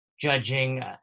judging